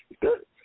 Good